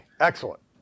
excellent